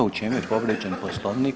U čemu je povrijeđen poslovnik?